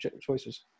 choices